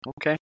Okay